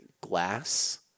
glass